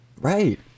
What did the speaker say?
Right